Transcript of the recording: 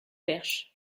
perche